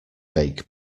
bake